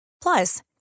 Plus